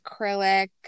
acrylic